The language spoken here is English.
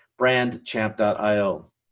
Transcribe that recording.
BrandChamp.io